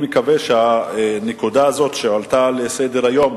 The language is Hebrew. אני מקווה שהנקודה הזאת, שהועלתה לסדר-היום